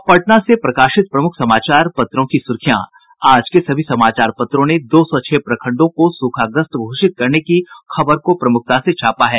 अब पटना से प्रकाशित प्रमुख समाचार पत्रों की सुर्खियां आज के सभी समाचार पत्रों ने दो सौ छह प्रखडों को सूखाग्रस्त घोषित करने की खबर को प्रमुखता से छापा है